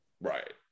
Right